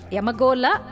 Yamagola